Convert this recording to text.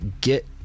get